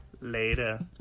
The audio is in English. later